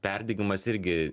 perdegimas irgi